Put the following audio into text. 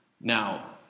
Now